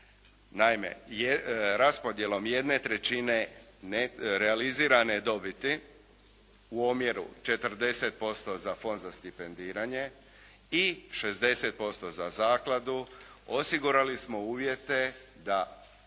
Naime, raspodjelom jedne trećine realizirane dobiti u omjeru 40% za Fond za stipendiranje i 60% za zakladu osigurali smo uvjete da